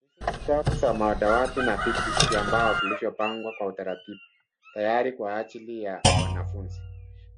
Hizi ni safu za madawati na viti vya mbao vilivyopangwa kwa utaratibu. Tayari kwa ajili ya wanafunzi.